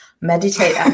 meditate